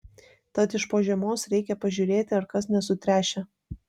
tad iš po žiemos reikia pažiūrėti ar kas nesutręšę